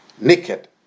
Naked